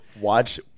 Watch